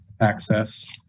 access